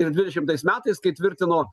ir dvidešimtais metais kai tvirtino